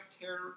terror